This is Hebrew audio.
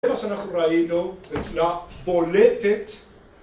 זה מה שאנחנו ראינו אצלה בולטת